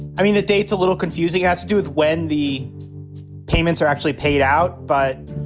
i mean, the date's a little confusing has to do with when the payments are actually paid out. but,